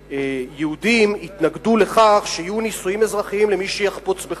שיהודים יתנגדו לכך שיהיו נישואים אזרחיים למי שיחפוץ בכך.